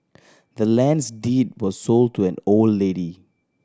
the land's deed was sold to an old lady